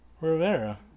Rivera